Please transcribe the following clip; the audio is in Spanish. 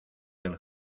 del